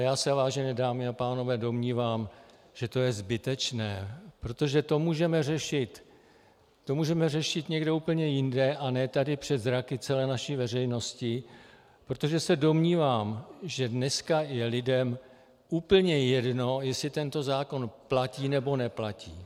Já se, vážené dámy a pánové, domnívám, že to je zbytečné, protože to můžeme řešit někde úplně jinde a ne tady před zraky celé naší veřejnosti, protože se domnívám, že dneska je lidem úplně jedno, jestli tento zákon platí, nebo neplatí.